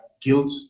guilt